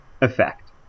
effect